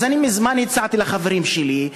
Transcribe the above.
אז אני מזמן הצעתי לחברים שלי,